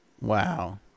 Wow